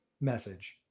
message